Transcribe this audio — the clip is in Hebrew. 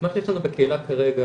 מה שיש לנו בקהילה כרגע,